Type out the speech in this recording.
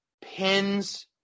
pins